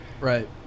Right